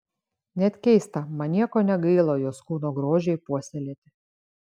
net keista man nieko negaila jos kūno grožiui puoselėti